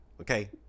okay